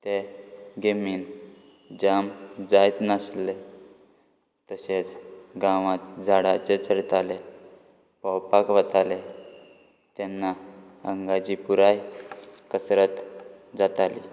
ते गेमीन जाम जायत नासले तशेंच गांवात झाडाचेर चडताले पोंवपाक वताले तेन्ना आंगाची पुराय कसरत जाताली